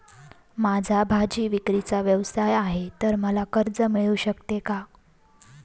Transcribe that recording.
माझा भाजीविक्रीचा व्यवसाय आहे तर मला कर्ज मिळू शकेल का?